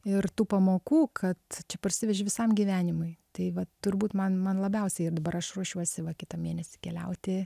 ir tų pamokų kad čia parsiveži visam gyvenimui tai vat turbūt man man labiausiai ir dabar aš ruošiuosi va kitą mėnesį keliauti